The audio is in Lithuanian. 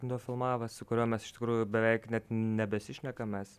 nufilmavęs su kuriuo mes iš tikrųjų beveik nebesišnekam mes